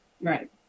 Right